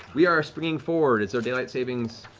we are springing forward, it's our daylight savings,